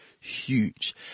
huge